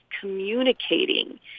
communicating